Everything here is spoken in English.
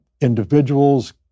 individuals